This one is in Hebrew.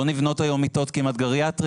כמעט ולא נבנות היום מיתות גריאטריות.